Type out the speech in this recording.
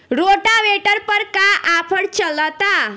Rotavator पर का offer चलता?